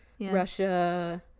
Russia